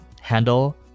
handle